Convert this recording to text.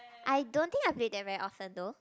I don't think I play that very often though